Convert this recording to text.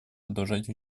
продолжать